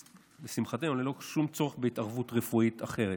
לשמחתנו ללא שום צורך בהתערבות רפואית אחרת.